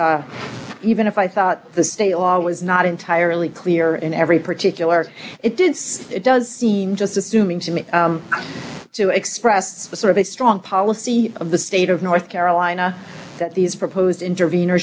even if i thought the state law was not entirely clear in every particular it did it does seem just assuming to me and to express the sort of a strong policy of the state of north carolina that these proposed